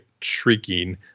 shrieking